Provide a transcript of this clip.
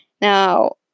Now